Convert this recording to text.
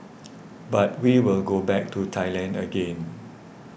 but we will go back to Thailand again